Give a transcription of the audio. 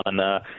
on –